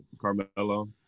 Carmelo